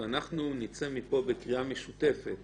אנחנו נצא מפה לקריאה משותפת